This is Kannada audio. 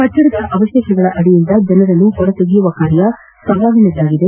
ಕಟ್ಟಡದ ಅವಶೇಷಗಳಡಿಯಿಂದ ಜನರನ್ನು ಹೊರತೆಗೆಯುವ ಕಾರ್ಯ ಸವಾಲಾಗಿದೆ